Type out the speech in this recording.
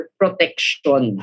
protection